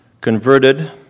converted